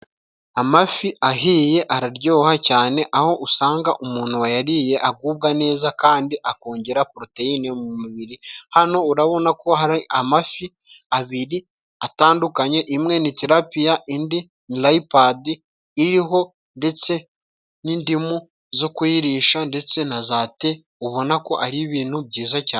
Amafi ahiye araryoha cyane aho usanga umuntu wayariye agubwa neza, kandi akongera poroteyine mu mubiri, hano urabona ko hari amafi abiri atandukanye, imwe ni Tirapiya, indi ni Layipade iriho ndetse n'indimu zo kuyirisha, ndetse na za te ubona ko ari ibintu byiza cyane.